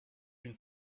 une